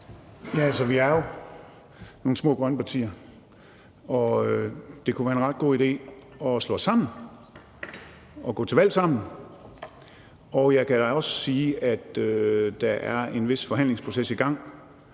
Ja, vi er jo nogle små grønne partier, og det kunne være en ret god idé at slå os sammen og gå til valg sammen. Og jeg kan da også sige, at der er en vis forhandlingsproces i gang,